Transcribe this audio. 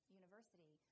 university